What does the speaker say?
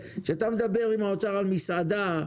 כשאתה מדבר עם האוצר על מסעדה,